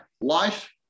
Life